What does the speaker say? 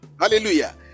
Hallelujah